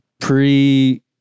pre